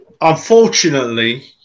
Unfortunately